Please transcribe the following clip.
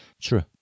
True